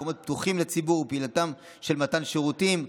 מקומות פתוחים לציבור ופעילות של מתן שירותים,